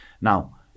Now